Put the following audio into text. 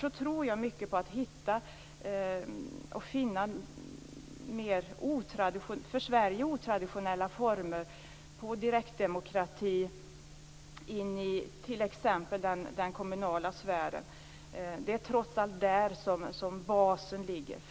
Jag tror mycket på att finna för Sverige mer otraditionella former av direktdemokrati in i den kommunala sfären. Det är där som basen ligger.